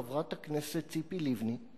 חברת הכנסת ציפי לבני,